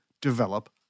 develop